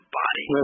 body